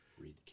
Read